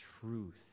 truth